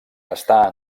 està